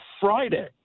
Friday